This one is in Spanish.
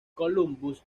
columbus